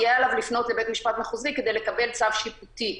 יהיה עליו לפנות לבית-משפט מחוזי כדי לקבל צו שיפוטי.